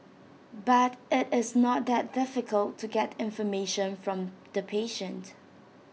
but IT is not that difficult to get information from the patient